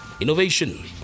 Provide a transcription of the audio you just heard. innovation